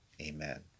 Amen